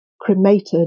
cremated